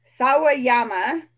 Sawayama